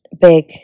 big